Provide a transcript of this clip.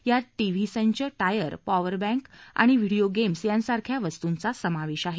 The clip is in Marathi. यात टीव्ही संच टायर पॉवर बँक आणि व्हिडीओ गेम्स यांसारख्या वस्तूंचा समावेश आहे